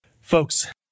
Folks